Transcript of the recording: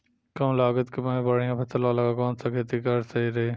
कमलागत मे बढ़िया फसल वाला कौन सा खेती करल सही रही?